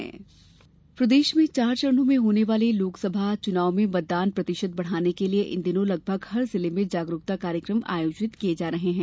मतदाता जागरुकता प्रदेश में चार चरणों में होने वाले लोकसभा चुनाव में मतदान प्रतिशत बढ़ाने के लिए इन दिनों लगभग हर जिले में जागरुकता कार्यक्रम आयोजित किये जा रहे हैं